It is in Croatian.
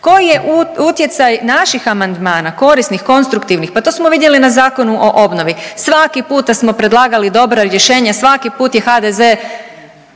Koji je utjecaj našim amandmana, korisnih, konstruktivnih? Pa to smo vidjeli na zakonu o obnovi. Svaki puta smo predlagali dobra rješenja, svaki put je HDZ